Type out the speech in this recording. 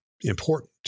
important